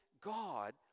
God